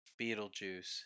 Beetlejuice